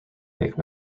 make